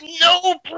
no